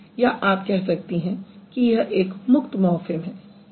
या आप कह सकतीं हैं कि यह एक मुक्त मॉर्फ़िम है